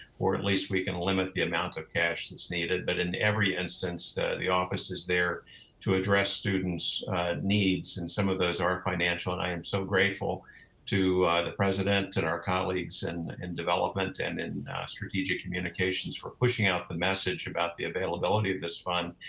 or at least we can limit the amount of cash that's needed, but in every instance that the office is there to address students' needs and some of those are financial. and i am so grateful to the president and our colleagues in development and in strategic communications for pushing out the message about the availability of this fund.